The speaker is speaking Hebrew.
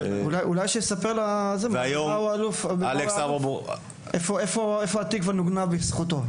אולי שיספר לנו איפה התקווה נוגנה בזכותו.